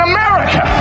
America